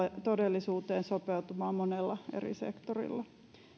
todellisuuteen sopeutumaan monella eri sektorilla